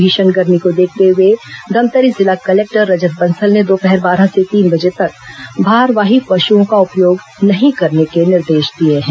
भीषण गर्मी को देखते हुए धमतरी जिला कलेक्टर रंजत बंसल ने दोपहर बारह से तीन बजे तक भारवाही पश्ञों का उपयोग नहीं करने के निर्देश दिए हैं